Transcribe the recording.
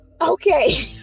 okay